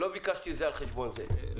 לא ביקשתי זה על חשבון זה,